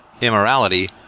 immorality